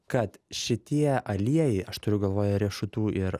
kad šitie aliejai aš turiu galvoje riešutų ir